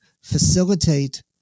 facilitate